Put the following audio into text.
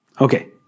Okay